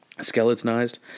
skeletonized